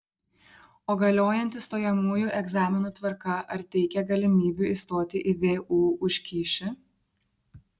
o galiojanti stojamųjų egzaminų tvarka ar teikia galimybių įstoti į vu už kyšį